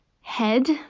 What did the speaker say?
head